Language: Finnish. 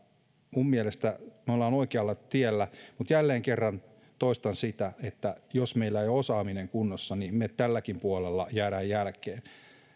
minun mielestäni me olemme oikealla tiellä mutta jälleen kerran toistan sitä että jos meillä ei ole osaaminen kunnossa niin me tälläkin puolella jäämme jälkeen